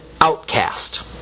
outcast